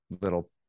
little